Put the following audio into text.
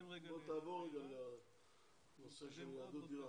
תעבור לנושא של יהדות אירן.